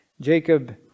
Jacob